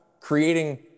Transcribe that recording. creating